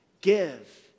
Give